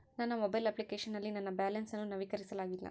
ನನ್ನ mobile application ನಲ್ಲಿ ನನ್ನ ಬ್ಯಾಲೆನ್ಸ್ ಅನ್ನು ನವೀಕರಿಸಲಾಗಿಲ್ಲ